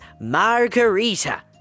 Margarita